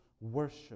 worship